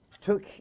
Took